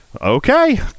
okay